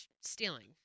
stealing